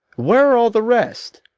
where are all the rest?